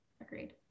Agreed